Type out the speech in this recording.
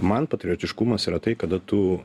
man patriotiškumas yra tai kada tu